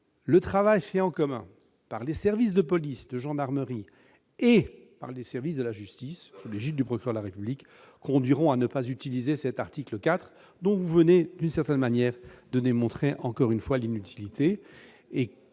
le travail mené en commun par les services de police et de gendarmerie et les services de la justice, sous l'égide du procureur de la République, conduise à ne pas recourir à cet article, dont on vient, d'une certaine manière, de démontrer une nouvelle fois l'inutilité.